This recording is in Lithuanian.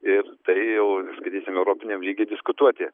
ir tai jau skaitysim europiniam lygy diskutuoti